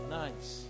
nice